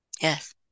Yes